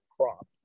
crop